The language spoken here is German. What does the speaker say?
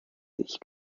sich